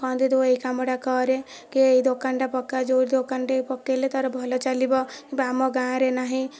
କୁହନ୍ତି ତୁ ଏହି କାମଟା କରେ କି ଏହି ଦୋକାନଟା ପକା ଯେଉଁ ଦୋକାନଟା ପକେଇଲେ ତାର ଭଲ ଚାଲିବ କିମ୍ବା ଆମ ଗାଁରେ ନାହିଁ